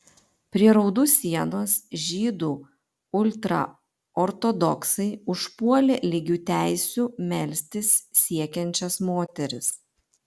prie raudų sienos žydų ultraortodoksai užpuolė lygių teisių melstis siekiančias moteris